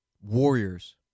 warriors